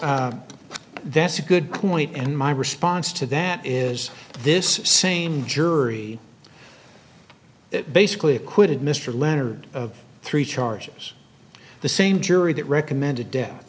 that's a good point and my response to that is this same jury that basically acquitted mr leonard of three charges the same jury that recommended